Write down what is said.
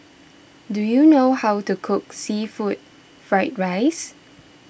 do you know how to cook Seafood Fried Rice